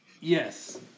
Yes